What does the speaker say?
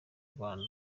rwanda